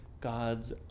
God's